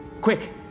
Quick